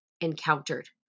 encountered